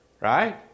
right